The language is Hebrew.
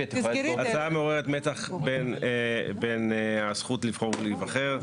ההצעה מעוררת מתח בין הזכות לבחור ולהיבחר,